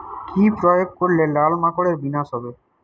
কি প্রয়োগ করলে লাল মাকড়ের বিনাশ হবে?